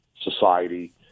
society